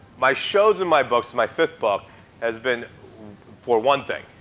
my shows and my books my fifth book has been for one thing,